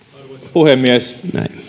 puhemies